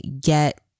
get